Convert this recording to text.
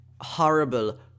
horrible